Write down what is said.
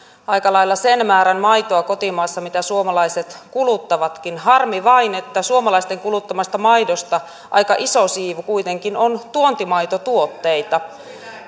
aika lailla sen määrän maitoa mitä suomalaiset kuluttavatkin harmi vain että suomalaisten kuluttamasta maidosta aika iso siivu kuitenkin on tuontimaitotuotteita